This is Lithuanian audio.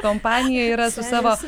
kompanija yra su savo